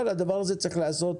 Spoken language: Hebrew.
אבל הדבר הזה צריך להיעשות